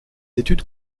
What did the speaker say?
études